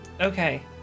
Okay